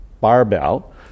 barbell